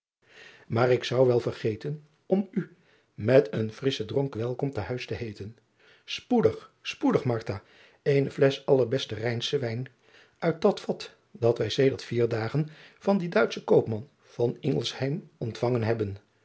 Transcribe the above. aar ik zou wel vergeten om u met een frisschen dronk welkom te huis te heeten spoedig spoedig eene flesch allerbesten ijnschen wijn uit dat vat dat wij sedert vier dagen van dien uitschen koopman ontvangen hebben